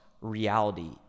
reality